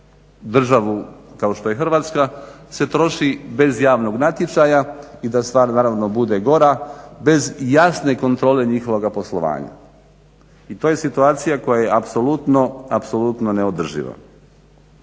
državu kao što je Hrvatska se troši bez javnog natječaja i da stvar naravno bude gora bez jasne kontrole njihovoga poslovanja. I to je situacija koja je apsolutno neodrživa.